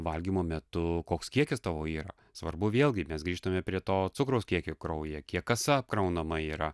valgymo metu koks kiekis tavo yra svarbu vėlgi mes grįžtame prie to cukraus kiekio kraujyje kiek kasa apkraunama yra